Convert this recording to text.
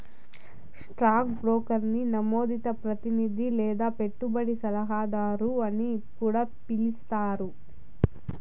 stock బ్రోకర్ని నమోదిత ప్రతినిది లేదా పెట్టుబడి సలహాదారు అని కూడా పిలిస్తారు